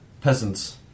peasants